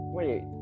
Wait